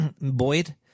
Boyd